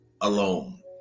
alone